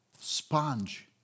sponge